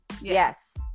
yes